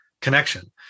connection